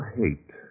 hate